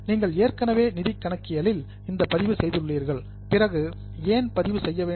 நீங்கள் ஏற்கனவே நிதி கணக்கியலில் இந்த பதிவு செய்துள்ளீர்கள் பிறகு நீங்கள் ஏன் பதிவு செய்ய வேண்டும்